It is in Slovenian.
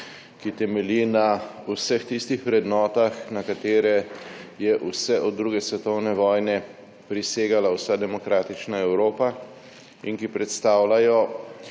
ki temelji na vseh tistih vrednotah, na katere je vse od druge Svetovne vojne prisegala vsa demokratična Evropa in ki predstavljajo